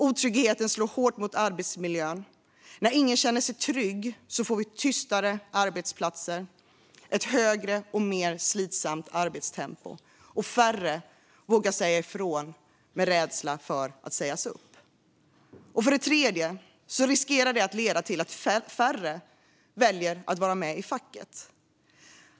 Otryggheten slår hårt mot arbetsmiljön. När ingen känner sig trygg får vi tystare arbetsplatser och ett högre och mer slitsamt arbetstempo, och färre vågar säga ifrån av rädsla för att sägas upp. För det tredje riskerar detta att leda till att färre väljer att vara med i facket.